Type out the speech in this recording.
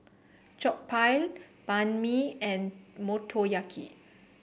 Jokbal Banh Mi and Motoyaki